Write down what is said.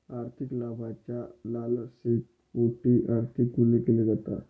आर्थिक लाभाच्या लालसेपोटी आर्थिक गुन्हे केले जातात